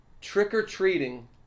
trick-or-treating